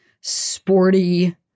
sporty